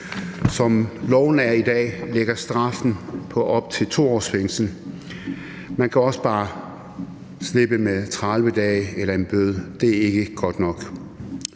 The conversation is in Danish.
Som loven er i dag, ligger straffene på op til 2 års fængsel, men man kan også slippe med 30 dage eller en bøde, og det er ikke godt nok.